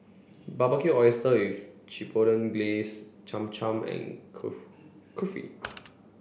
Barbecue Oysters with Chipotle Glaze Cham Cham and Kulfi Kulfi